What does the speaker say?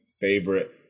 favorite